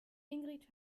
ingrid